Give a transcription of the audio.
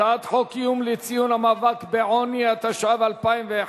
הצעת חוק היום לציון המאבק בעוני, התשע"ב 2011,